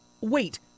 Wait